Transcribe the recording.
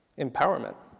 empowerment.